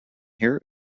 here